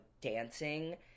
dancing